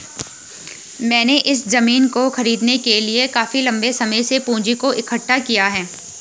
मैंने इस जमीन को खरीदने के लिए काफी लंबे समय से पूंजी को इकठ्ठा किया है